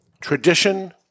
tradition